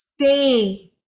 Stay